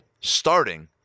starting